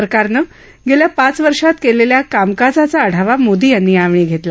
सरकारनं गेल्या पाच वर्षांत केलेल्या कामकाजाचा आढावा मोदी यांनी यावेळी घेतला